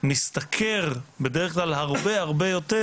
משתכר בדרך כלל הרבה הרבה יותר,